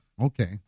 okay